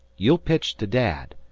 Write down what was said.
you'll pitch to dad.